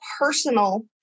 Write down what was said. personal